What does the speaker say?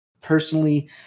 personally